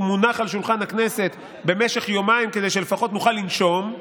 הוא מונח על שולחן הכנסת במשך יומיים כדי שלפחות נוכל לנשום,